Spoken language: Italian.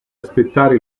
aspettare